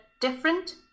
different